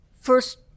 First